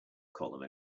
column